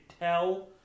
tell